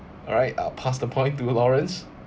alright I pass the point to lawrence